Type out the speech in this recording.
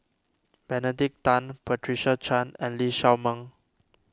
Benedict Tan Patricia Chan and Lee Shao Meng